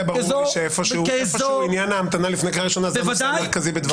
ברור לי שעניין ההמתנה לפני קריאה ראשונה זה נושא מרכזי בדבריך.